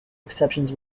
exceptions